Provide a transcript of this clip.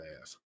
ass